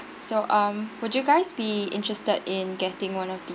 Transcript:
so um would you guys be interested in getting one of these